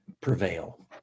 prevail